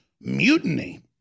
mutiny